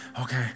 okay